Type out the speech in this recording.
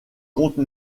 compte